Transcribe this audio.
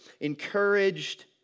encouraged